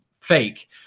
fake